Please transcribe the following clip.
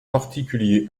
particulier